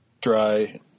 dry